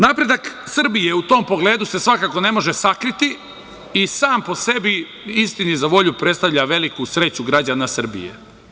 Napredak Srbije u tom pogledu se svakako ne može sakriti i sam po sebi istini za volju predstavlja veliku sreću građana Srbije.